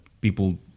people